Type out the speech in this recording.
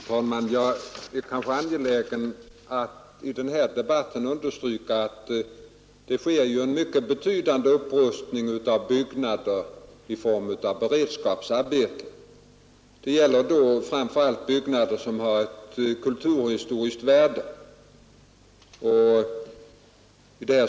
Fru talman! Jag är angelägen att i debatten understryka, att det sker en mycket betydande upprustning av byggnader i form av beredskapsarbeten. Det gäller då framför allt byggnader med ett kulturhistoriskt värde.